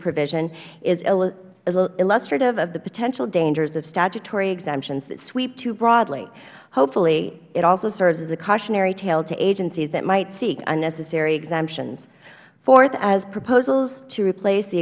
provision is illustrative of the potential dangers of statutory exemptions that sweep too broadly hopefully it also serves as a cautionary tale to agencies that might seek unnecessary exemptions fourth as proposals to replace the